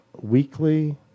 weekly